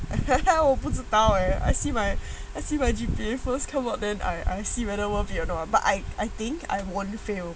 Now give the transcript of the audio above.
我不知道 eh I see my actually my G_P_A come out then I I see whether worth it or not but I I think I won't fail